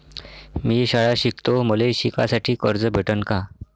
मी शाळा शिकतो, मले शिकासाठी कर्ज भेटन का?